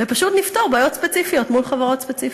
ופשוט נפתור בעיות ספציפיות מול חברות ספציפיות.